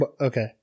Okay